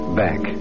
back